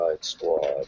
squad